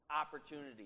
opportunity